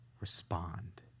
Respond